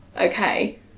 okay